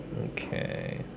Okay